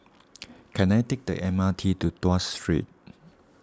can I take the M R T to Tuas Street